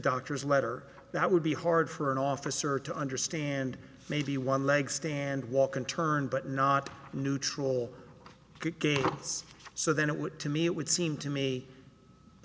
doctor's letter that would be hard for an officer to understand maybe one leg stand walk and turn but not neutral gates so then it would to me it would seem to me